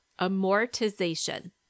Amortization